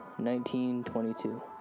1922